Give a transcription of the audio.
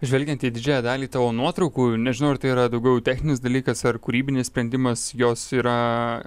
žvelgiant į didžiąją dalį tavo nuotraukų nežinau ar tai yra daugiau techninis dalykas ar kūrybinis sprendimas jos yra